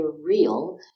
real